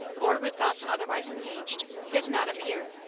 or with thoughts otherwise engaged, did not appear.